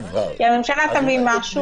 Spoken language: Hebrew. שהממשלה תביא משהו,